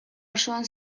osoan